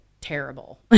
terrible